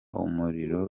umuriro